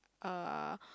uh